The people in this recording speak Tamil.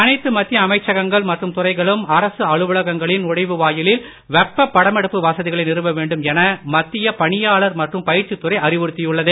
அனைத்து மத்திய அமைச்சகங்கள் மற்றும் துறைகளும் அரசு அலுவலகங்களின் நுழைவு வாயிலில் வெப்ப படமெடுப்பு வசதிகளை நிறுவ வேண்டும் என மத்திய பணியாளர் மற்றும் பயிற்சி துறை அறிவுறுத்தியுள்ளது